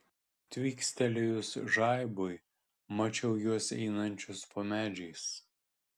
tvykstelėjus žaibui mačiau juos einančius po medžiais